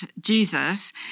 Jesus